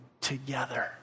together